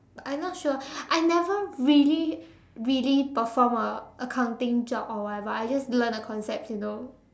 I not sure I never really really perform a accounting job or whatever I just learn the concepts you know